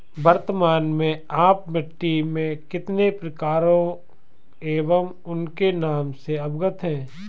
वर्तमान में आप मिट्टी के कितने प्रकारों एवं उनके नाम से अवगत हैं?